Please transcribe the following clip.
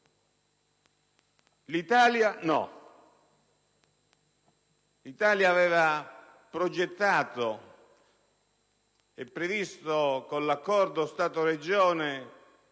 L'Italia no. L'Italia aveva progettato e previsto, con l'accordo Stato-Regioni